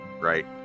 right